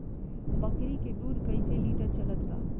बकरी के दूध कइसे लिटर चलत बा?